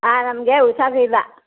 ಆಂ ನಮಗೆ ಹುಷಾರಿಲ್ಲ